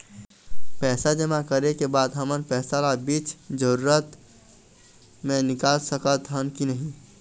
पैसा जमा करे के बाद हमन पैसा ला बीच जरूरत मे निकाल सकत हन की नहीं?